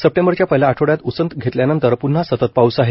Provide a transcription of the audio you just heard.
सप्टेंबरच्या पहिल्या आठवड्यात उसंत घेतल्यानंतर प्न्हा सतत पाऊस आहे